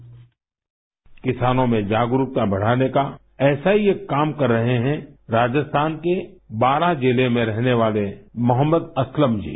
sound bite किसानों में जागरूकता बढ़ाने का ऐसा ही एक काम कर रहे हैं राजस्थान के बारां जिले में रहने वाले मोहम्मद असलम जी